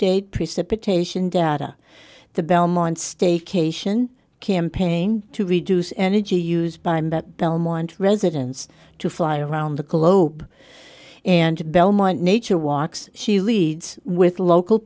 date precipitation data the belmont stakes cation campaign to reduce energy use by matt belmont residents to fly around the globe and to belmont nature walks she leads with local